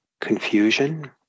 confusion